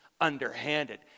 underhanded